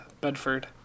bedford